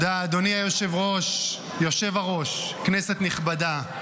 היושב-ראש, כנסת נכבדה,